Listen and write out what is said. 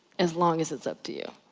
as long as it's up to you.